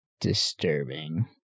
disturbing